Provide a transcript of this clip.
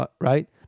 right